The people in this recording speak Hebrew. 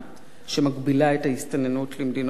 שמגבילה את ההסתננות למדינות אויב